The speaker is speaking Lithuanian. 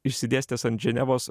išsidėstęs ant ženevos